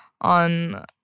on